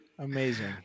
Amazing